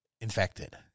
infected